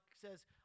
says